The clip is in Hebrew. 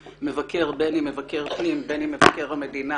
מבקר בין אם מבקר פנים ובין אם מבקר המדינה